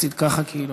עשית ככה, כאילו.